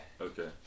Okay